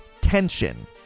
tension